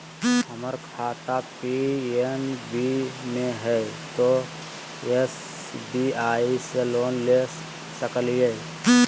हमर खाता पी.एन.बी मे हय, तो एस.बी.आई से लोन ले सकलिए?